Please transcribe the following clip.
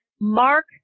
Mark